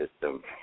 system